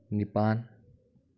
ꯅꯤꯄꯥꯟ